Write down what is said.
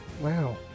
Wow